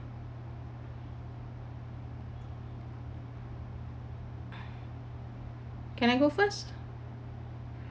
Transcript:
can I go first